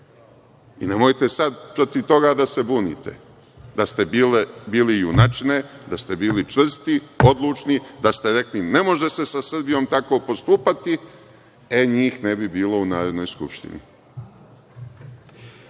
Nemojte sad protiv toga da se bunite. Da ste bili junačine, da ste bili čvrsti, odlučni, da ste rekli – ne može se sa Srbijom tako postupati, e njih ne bi bilo u Narodnoj skupštini.